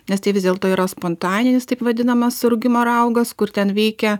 nes tai vis dėlto yra spontaninis taip vadinamas rūgimo raugas kur ten veikia